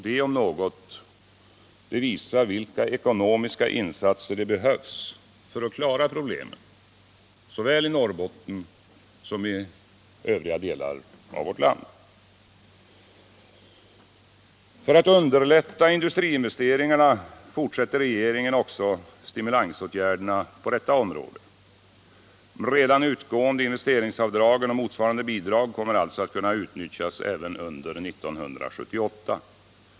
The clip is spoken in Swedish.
Det om något visar vilka ekonomiska insatser det behövs för att klara problemen såväl i Norrbotten som i övriga delar av vårt land. För att underlätta industriinvesteringarna fortsätter regeringen också stimulansåtgärderna på detta område. De redan utgående investeringsavdragen och motsvarande bidrag kommer alltså att kunna utnyttjas även under 1978.